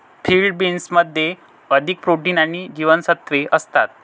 field बीन्समध्ये अधिक protein आणि जीवनसत्त्वे असतात